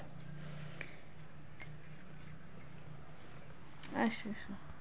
अच्छा अच्छा